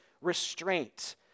restraint